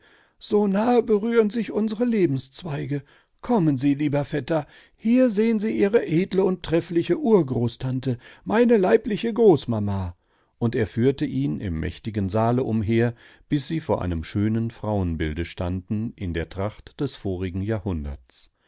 so nahe berühren sich unsere lebenszweige kommen sie lieber vetter hier sehen sie ihre edle und treffliche urgroßtante meine leibliche großmama und er führte ihn im mächtigen saale umher bis sie vor einem schönen frauenbilde standen in der tracht des vorigen jahrhunderts